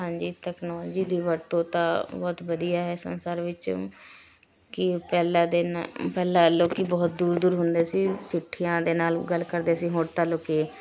ਹਾਂਜੀ ਤਕਨੋਲਜੀ ਦੀ ਵਰਤੋਂ ਤਾਂ ਬਹੁਤ ਵਧੀਆ ਹੈ ਸੰਸਾਰ ਵਿੱਚ ਕਿ ਪਹਿਲਾਂ ਦੇ ਨਾ ਪਹਿਲਾਂ ਲੋਕੀਂ ਬਹੁਤ ਦੂਰ ਦੂਰ ਹੁੰਦੇ ਸੀ ਚਿੱਠੀਆਂ ਦੇ ਨਾਲ਼ ਗੱਲ ਕਰਦੇ ਸੀ ਹੁਣ ਤਾਂ ਲੋਕੀਂ